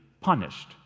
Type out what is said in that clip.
punished